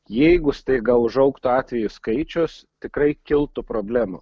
jeigu staiga užaugtų atvejų skaičius tikrai kiltų problemų